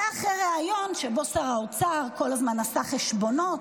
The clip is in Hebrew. זה אחרי ריאיון שבו שר האוצר כל הזמן עשה חשבונות,